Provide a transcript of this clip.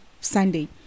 sunday